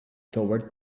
toward